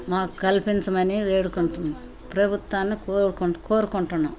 మాకు కల్పించమని వేడుకుంటున్నాం ప్రభుత్వాన్ని కోరుకుం కోరుకుంటున్నాం